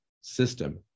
system